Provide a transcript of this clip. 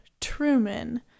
Truman